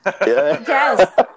Yes